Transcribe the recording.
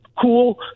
cool